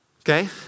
okay